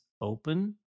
open